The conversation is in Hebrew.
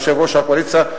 יושב-ראש הקואליציה: